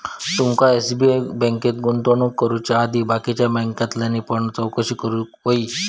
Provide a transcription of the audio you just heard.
तुमका एस.बी.आय बँकेत गुंतवणूक करुच्या आधी बाकीच्या बॅन्कांतल्यानी पण चौकशी करूक व्हयी